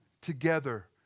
together